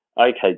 okay